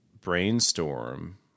brainstorm